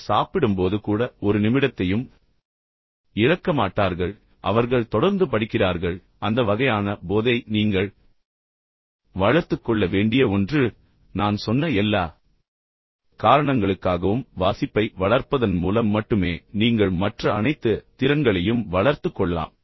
எனவே அவர்கள் சாப்பிடும்போது கூட ஒரு நிமிடத்தையும் இழக்க மாட்டார்கள் அவர்கள் தொடர்ந்து படிக்கிறார்கள் உண்மையில் அவர்கள் வாசிப்பதை நிறுத்துவதில்லை அந்த வகையான போதை நீங்கள் வளர்த்துக் கொள்ள வேண்டிய ஒன்று ஏனென்றால் நான் சொன்ன எல்லா காரணங்களுக்காகவும் வாசிப்பை வளர்ப்பதன் மூலம் மட்டுமே நீங்கள் மற்ற அனைத்து திறன்களையும் வளர்த்துக் கொள்ளலாம்